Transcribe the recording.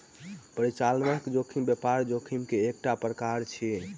परिचालनात्मक जोखिम व्यापारिक जोखिम के एकटा प्रकार अछि